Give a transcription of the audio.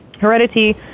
heredity